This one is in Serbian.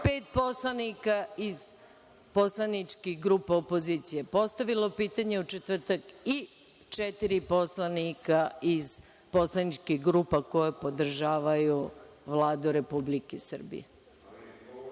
poslanika iz poslaničkih grupa opozicije postavilo je pitanje u četvrtak i četiri poslanika iz poslaničkih grupa koje podržavaju Vladu Republike Srbije.Za